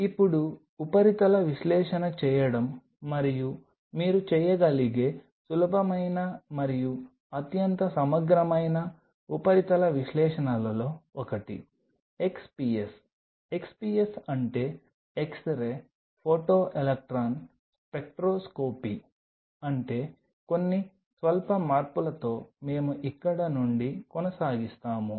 ఇప్పుడు ఉపరితల విశ్లేషణ చేయడం మరియు మీరు చేయగలిగే సులభమైన మరియు అత్యంత సమగ్రమైన ఉపరితల విశ్లేషణలలో ఒకటి XPS XPS అంటే x RAY photo electron spectroscopy అంటే కొన్ని స్వల్ప మార్పులతో మేము ఇక్కడ నుండి కొనసాగిస్తాము